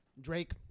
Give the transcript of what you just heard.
Drake